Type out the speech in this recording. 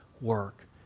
work